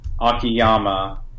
Akiyama